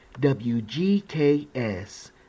WGKS